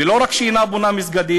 ולא רק שהיא אינה בונה מסגדים